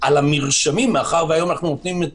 על המרשמים מאחר שהיום הם ממוחשבים